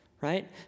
right